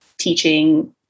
teaching